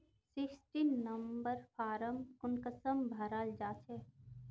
Sixteen number form कुंसम भराल जाछे?